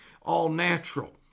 all-natural